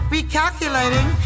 Recalculating